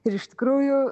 ir iš tikrųjų